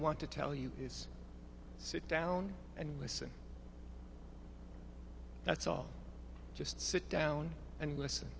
want to tell you is sit down and listen that's all just sit down and listen